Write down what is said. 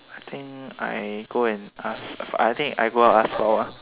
I think I go and ask I think and go ask for